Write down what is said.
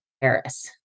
Paris